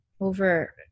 over